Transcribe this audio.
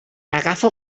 agafa